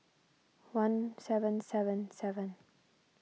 one seven seven seven